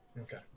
Okay